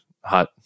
hot